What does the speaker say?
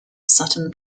sutton